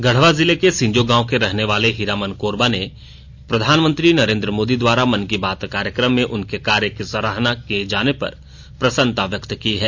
गढ़वा जिले के सिंजो गांव के रहने वाले हीरामन कोरबा ने प्रधानमंत्री नरेन्द्र मोदी द्वारा मन की बात कार्यक्रम में उनके कार्य की सराहना किये जाने पर प्रसन्नता व्यक्त की है